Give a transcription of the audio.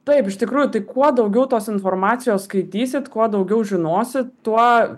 taip iš tikrųjų tai kuo daugiau tos informacijos skaitysit kuo daugiau žinosit tuo